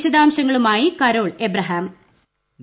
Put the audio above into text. വിശദാംശങ്ങളുമായി കരോൾ എബ്രഹ്മാര്